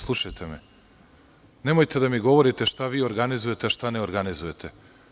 Slušajte me, nemojte da mi govorite šta vi organizujete, a šta ne organizujete.